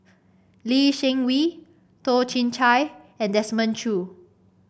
Lee Seng Wee Toh Chin Chye and Desmond Choo